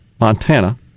Montana